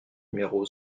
numéro